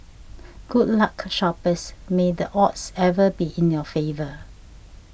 good luck shoppers may the odds ever be in your favour